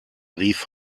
rief